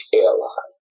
airline